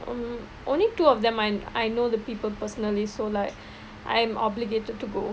mmhmm only two of them I I know the people personally so like I am obligated to go